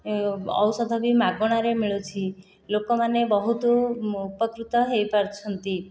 ଔଷଧ ବି ମାଗଣାରେ ମିଳୁଛି ଲୋକମାନେ ବହୁତ ଉପକୃତ ହୋଇପାରୁଛନ୍ତି